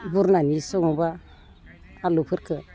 बुरनानै सङोब्ला आलुफोरखो